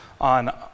on